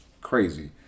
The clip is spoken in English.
crazy